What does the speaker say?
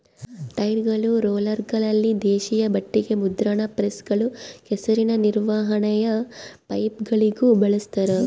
ಟೈರ್ಗಳು ರೋಲರ್ಗಳಲ್ಲಿ ದೇಶೀಯ ಬಟ್ಟೆಗ ಮುದ್ರಣ ಪ್ರೆಸ್ಗಳು ಕೆಸರಿನ ನಿರ್ವಹಣೆಯ ಪೈಪ್ಗಳಿಗೂ ಬಳಸ್ತಾರ